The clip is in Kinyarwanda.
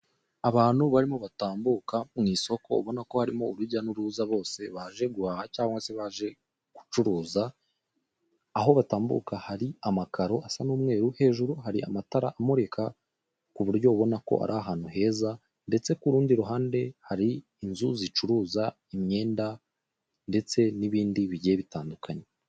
Abantu barimo batambuka mu isoko ubona ko harimo urujya n'uruza bose baje guhaha cyangwa se baje gucuruza. Aho batambuka hari amakaro asa n'umweru hejuru hari amatara amurika ku buryo babona ko ari ahantu heza ndetse ku rundi ruhande hari inzu zicuruza imyenda ndetse n'ibindi bigiye bitandukanye.